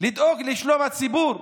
לדאוג לשלום הציבור,